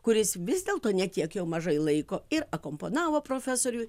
kuris vis dėlto ne tiek jau mažai laiko ir akompanavo profesoriui